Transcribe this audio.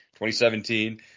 2017